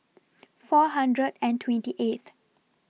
four hundred and twenty eighth